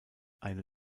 eine